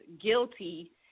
guilty